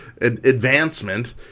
advancement